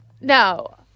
No